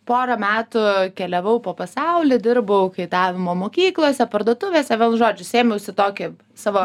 porą metų keliavau po pasaulį dirbau kaitavimo mokyklose parduotuvėse žodžiu sėmiausi tokį savo